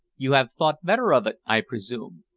you have thought better of it, i presume?